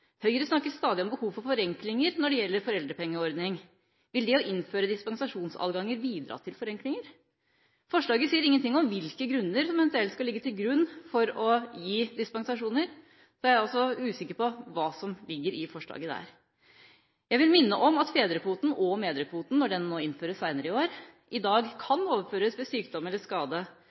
Høyre snakker stadig om behovet for forenklinger når det gjelder foreldrepengeordning. Vil det å innføre dispensasjonsadganger bidra til forenklinger? Forslaget sier ingenting om hvilke grunner som eventuelt skal ligge til grunn for å gi dispensasjoner. Jeg er altså usikker på hva som ligger i forslaget. Jeg vil minne om at fedrekvoten – og mødrekvoten, når den innføres senere i år – i dag kan overføres ved sykdom eller skade.